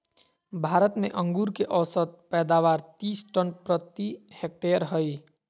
भारत में अंगूर के औसत पैदावार तीस टन प्रति हेक्टेयर हइ